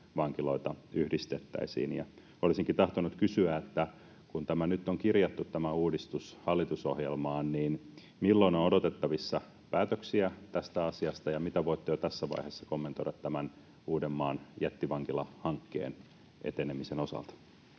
vankiloita yhdistettäisiin. Olisinkin tahtonut kysyä: kun tämä uudistus nyt on kirjattu hallitusohjelmaan, niin milloin on odotettavissa päätöksiä tästä asiasta ja mitä voitte jo tässä vaiheessa kommentoida tämän Uudenmaan jättivankilahankkeen etenemisen osalta?